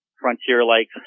frontier-like